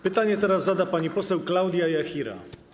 Pytanie teraz zada pani poseł Klaudia Jachira.